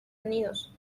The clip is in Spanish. unidos